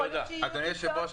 אדוני היושב-ראש,